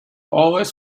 always